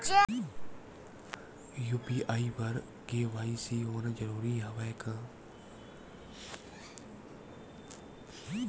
UPI बर KYC होना जरूरी हवय का?